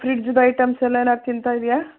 ಫ್ರಿಡ್ಜ್ದು items ಎಲ್ಲ ಏನಾರು ತಿನ್ತಾ ಇದೀಯ